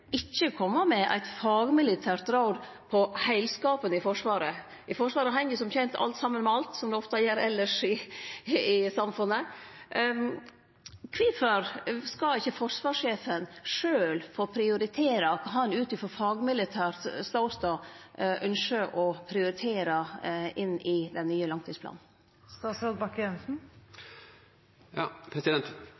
ikkje kome med eit fagmilitært råd om heilskapen i Forsvaret. I Forsvaret heng som kjent alt saman med alt, som det ofte gjer elles i samfunnet. Kvifor skal ikkje forsvarssjefen sjølv få prioritere det han utifrå fagmilitær ståstad ynskjer å prioritere inn i den nye langtidsplanen?